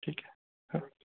ठीक आहे हां